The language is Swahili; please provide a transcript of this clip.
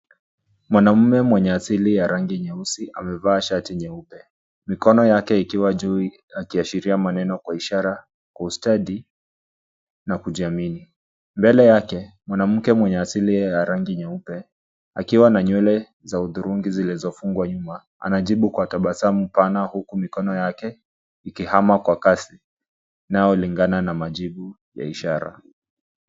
Mwanamme mwenye asili ya rangi nyeusi amevaa shati nyeupe. Mikono yake ikiwa juu akishirikiana maneno kwa ishara kwa ustadi na kujiamini. Mbele yake, mwanamke mwenye asili ya rangi nyeupe, akiwa na nywele za hudhurungi zilizofungwa nyuma, anajibu kwa tabasamu pana huku mikono yake ikihama kwa kasi. Naolingana na majibu ya ishara.